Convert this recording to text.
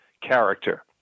character